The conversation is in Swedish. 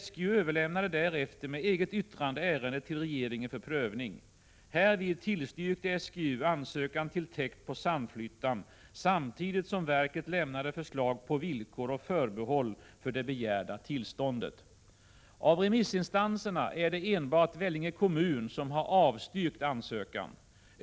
SGU överlämnade därefter med eget yttrande ärendet till regeringen för prövning. Härvid tillstyrkte SGU ansökan till täkt på Sandflyttan samtidigt som verket lämnade förslag på villkor och förbehåll för det begärda tillståndet. Av remissinstanserna är det enbart Vellinge kommun som har avstyrkt ansökan.